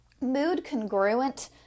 Mood-congruent